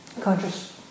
conscious